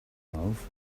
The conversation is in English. love